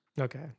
Okay